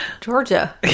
Georgia